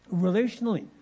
Relationally